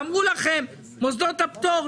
אמרו לכם שלמוסדות הפטור,